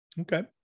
Okay